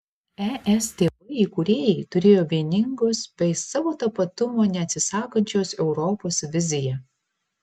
es tėvai įkūrėjai turėjo vieningos bei savo tapatumo neatsisakančios europos viziją